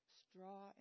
straw